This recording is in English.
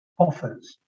offers